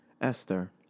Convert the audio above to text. Esther